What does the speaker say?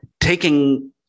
Taking